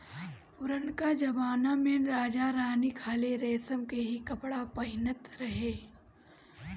पुरनका जमना में राजा रानी खाली रेशम के ही कपड़ा पहिनत रहे